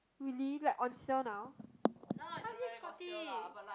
really like on sale now